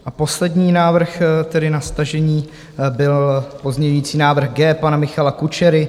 A poslední návrh, tedy na stažení, byl pozměňovací návrh G pana Michala Kučery.